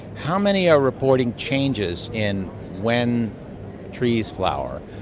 how many are reporting changes in when trees flower,